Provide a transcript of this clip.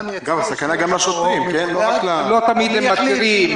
--- יש הוראות --- לא תמיד הם מצהירים.